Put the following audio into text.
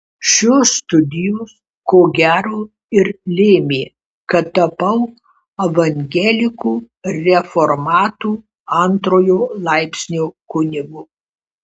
šios studijos ko gero ir lėmė kad tapau evangelikų reformatų antrojo laipsnio kunigu